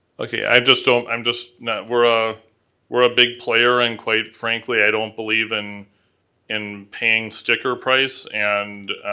okay, i just don't, i'm just not, we're ah we're a big player and quite frankly, i don't believe in in paying sticker price. and